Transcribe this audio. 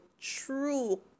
true